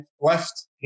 left